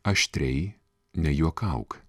aštriai nejuokauk